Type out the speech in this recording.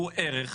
והוא ערך,